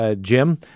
Jim